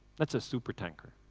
that's a supertanker,